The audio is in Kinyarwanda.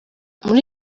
muri